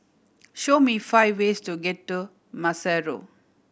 show me five ways to get to Maseru